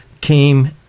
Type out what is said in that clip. came